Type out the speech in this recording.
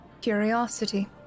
Curiosity